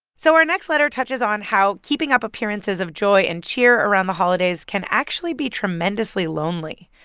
so our next letter touches on how keeping up appearances of joy and cheer around the holidays can actually be tremendously lonely.